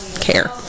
care